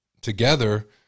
together